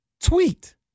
Tweet